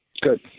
Good